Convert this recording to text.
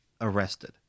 arrested